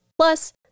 Plus